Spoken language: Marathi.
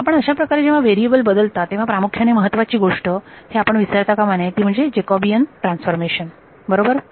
आपण अशा प्रकारे जेव्हा वेरिएबल बदलता तेव्हा प्रमुख्याने महत्त्वाची गोष्ट हे आपण विसरता कामा नये ती म्हणजे जॅकॉबियन ट्रान्सफॉर्मेशन बरोबर